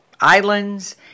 islands